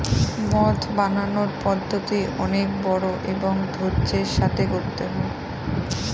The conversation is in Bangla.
মদ বানানোর পদ্ধতি অনেক বড়ো এবং ধৈর্য্যের সাথে করতে হয়